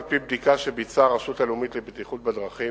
על-פי בדיקה שביצעה הרשות הלאומית לבטיחות בדרכים,